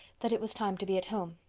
that it was time to be at home.